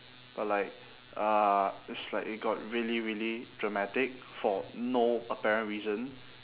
but like uh it's like it got really really dramatic for no apparent reason